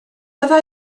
bydda